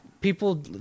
people